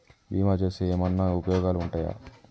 బీమా చేస్తే ఏమన్నా ఉపయోగాలు ఉంటయా?